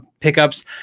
pickups